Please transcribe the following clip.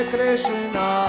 Krishna